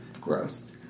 Gross